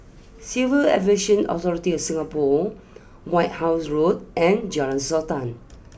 Civil Aviation Authority of Singapore White house Road and Jalan Sultan